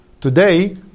Today